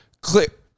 Click